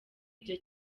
byo